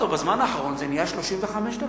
בזמן האחרון זה נהיה 35 דקות,